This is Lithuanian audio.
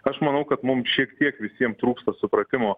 aš manau kad mum šiek tiek visiem trūksta supratimo